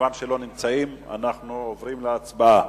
מכיוון שהם אינם נמצאים, אנחנו עוברים להצבעה.